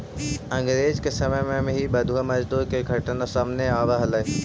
अंग्रेज के समय में भी बंधुआ मजदूरी के घटना सामने आवऽ हलइ